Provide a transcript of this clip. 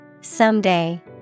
Someday